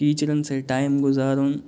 ٹیٖچرَن سۭتۍ ٹایِم گُزارُن